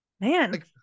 Man